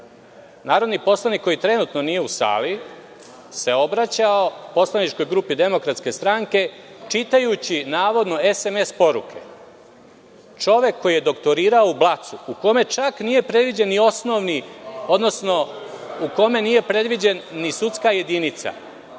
narodni poslanik koji trenutno nije u sali se obraćao poslaničkoj grupi Demokratske stranke, čitajući navodno SMS poruke. Čovek koji je doktorirao u Blacu, u kome čak nije predviđena ni sudska jedinica,